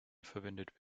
verwendet